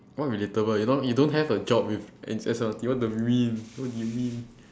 what relatable you don't you don't have a job with what do you mean what do you mean